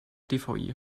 dvi